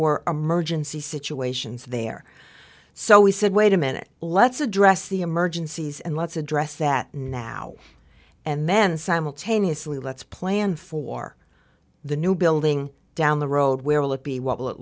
were emergency situations there so we said wait a minute let's address the emergencies and let's address that now and then simultaneously let's plan for the new building down the road where will it be what will it